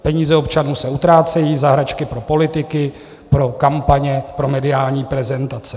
Peníze občanů se utrácejí za hračky pro politiky, pro kampaně, pro mediální prezentace.